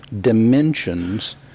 dimensions